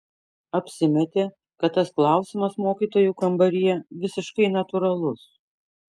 apsimetė kad tas klausimas mokytojų kambaryje visiškai natūralus